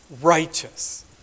righteous